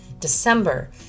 December